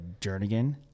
Jernigan